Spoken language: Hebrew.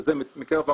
וזה מקרב המועסקים,